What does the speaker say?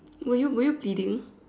were you were you bleeding